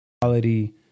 quality